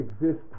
exist